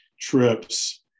trips